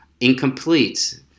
incomplete